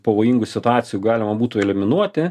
pavojingų situacijų galima būtų eliminuoti